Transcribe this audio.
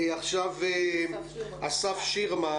אסף שירמן